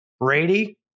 Brady